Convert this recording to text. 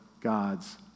God's